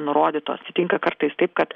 nurodytos atsitinka kartais taip kad